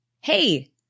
Hey